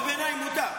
קריאת ביניים, מותר.